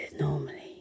normally